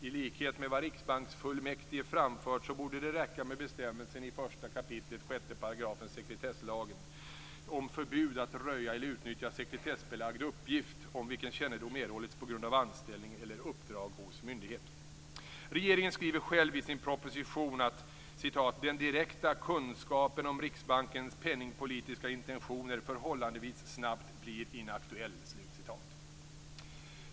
I likhet med vad riksbanksfullmäktige framfört borde det räcka med bestämmelsen i 1 kap. 6 § sekretesslagen om förbud att röja eller utnyttja sekretessbelagd uppgift om vilken kännedom erhållits på grund av anställning eller uppdrag hos myndighet. Regeringen skriver själv i sin proposition att "den direkta kunskapen om Riksbankens penningpolitiska intentioner förhållandevis snabbt blir inaktuell".